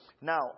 Now